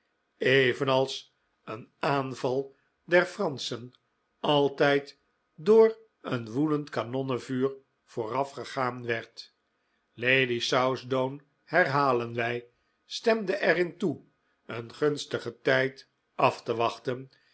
evenals een aanval der franschen altijd door een woedend kanonnenvuur voorafgegaan werd lady southdown herhalen wij stemde er in toe een gunstigen tijd af te wachten